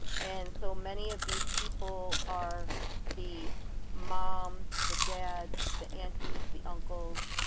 and so many of these people are the moms, the dads, the aunties, the uncles,